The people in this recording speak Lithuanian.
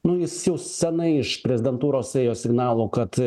nu jis jau senai iš prezidentūros ėjo signalų kad